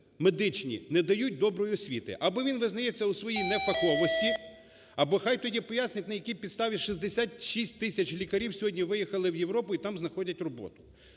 медичні не дають медичної освіти. Або він визнається у своїй не фаховості, або нехай тоді пояснить, на якій підставі 66 тисяч лікарів сьогодні виїхали в Європу і там знаходять роботу.